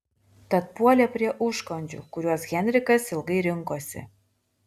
tad puolė prie užkandžių kuriuos henrikas ilgai rinkosi